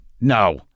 no